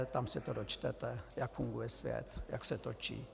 Tam se to dočtete, jak funguje svět, jak se točí.